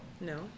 No